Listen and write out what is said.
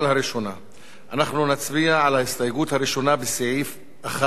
אנחנו נצביע על ההסתייגות הראשונה בסעיף 1 לחוק,